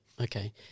okay